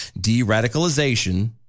de-radicalization